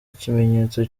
ikimenyetso